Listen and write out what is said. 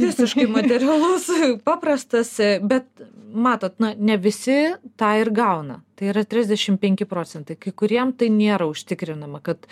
visiškai materialus paprastas bet matot na ne visi tą ir gauna tai yra trisdešimt penki procentai kai kuriem tai nėra užtikrinama kad